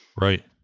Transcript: Right